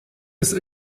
des